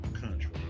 country